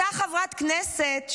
אותה חברת כנסת,